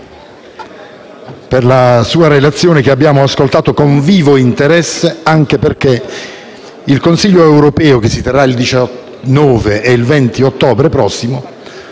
comunque per la sua relazione, che abbiamo ascoltato con vivo interesse, anche perché il Consiglio europeo, che si terrà il 19 e 20 ottobre prossimi,